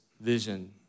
vision